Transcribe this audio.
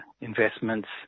investments